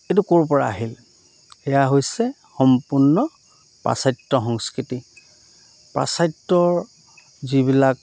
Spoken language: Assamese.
এইটো ক'ৰ পৰা আহিল সেয়া হৈছে সম্পূৰ্ণ পাশ্চাত্য সংস্কৃতি পাশ্চাত্যৰ যিবিলাক